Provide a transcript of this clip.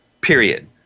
period